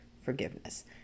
forgiveness